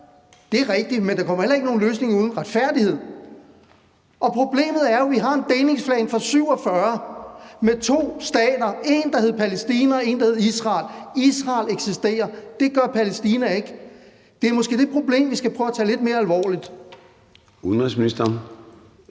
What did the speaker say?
Det er rigtigt, men der kommer heller ikke nogen løsning uden retfærdighed. Og problemet er jo, at vi har en delingsplan fra 1947 med to stater – en, der hed Palæstina, og en, der hed Israel. Israel eksisterer, det gør Palæstina ikke. Det er måske det problem, vi skal prøve at tage lidt mere alvorligt. Kl.